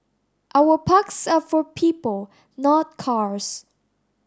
our parks are for people not cars